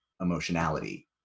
emotionality